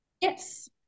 Yes